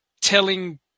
telling